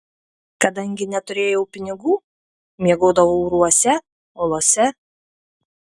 kadangi neturėjau pinigų miegodavau urvuose olose